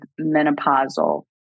menopausal